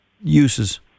uses